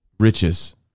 Riches